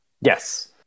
Yes